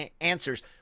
answers